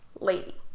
lady